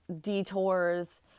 detours